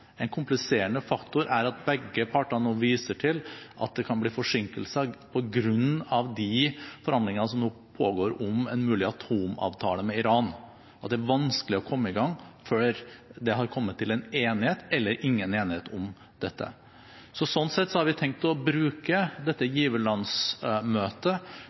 En kompliserende faktor er at begge partene nå viser til at det kan bli forsinkelser på grunn av de forhandlinger som nå pågår om en mulig atomavtale med Iran, og at det er vanskelig å komme i gang før det har kommet til en enighet – eller ingen enighet – om dette. Sånn sett har vi tenkt å bruke dette giverlandsmøtet